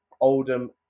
Oldham